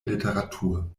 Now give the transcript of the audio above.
literatur